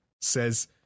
says